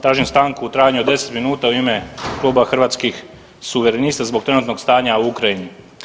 Tražim stanku u trajanju od 10 minuta u ime Kluba Hrvatskih suverenista zbog trenutnog stanja u Ukrajini.